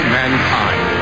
mankind